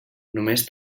només